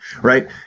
right